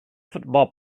football